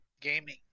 gaming